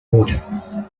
order